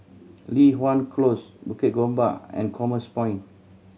Li Hwan Close Bukit Gombak and Commerce Point